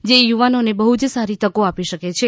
જે યુવાનોને બહ્ જ સારી તકો આપી શકે છે